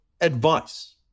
advice